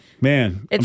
man